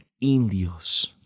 Indios